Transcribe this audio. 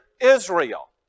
Israel